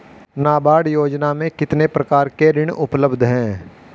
नाबार्ड योजना में कितने प्रकार के ऋण उपलब्ध हैं?